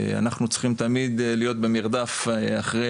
אנחנו צריכים תמיד להיות במרדף אחרי